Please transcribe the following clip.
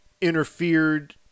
interfered